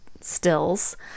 stills